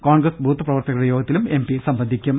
Congress booth പ്രവർത്തകരുടെ യോഗത്തിലും MP സംബന്ധിക്കും